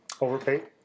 Overpaid